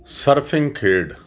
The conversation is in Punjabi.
ਸਰਫਿੰਗ ਖੇਡ